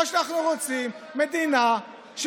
או שאנחנו רוצים באמת מדינה דמוקרטית,